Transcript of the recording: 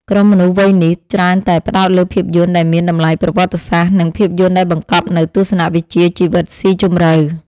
ក្រុមមនុស្សវ័យនេះ ច្រើនតែផ្ដោតលើភាពយន្តដែលមានតម្លៃប្រវត្តិសាស្ត្រ និងភាពយន្តដែលបង្កប់នូវទស្សនវិជ្ជាជីវិតស៊ីជម្រៅ។